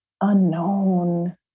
unknown